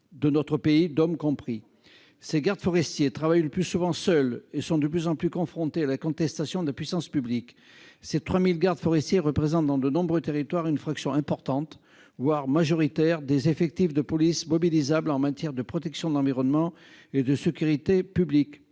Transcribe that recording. de notre pays, outre-mer compris. Ces gardes forestiers travaillent le plus souvent seuls et sont de plus en plus confrontés à la contestation de la puissance publique. Ils représentent, dans de nombreux territoires, une fraction importante, voire majoritaire, des effectifs de police mobilisables en matière de protection de l'environnement et de sécurité publique-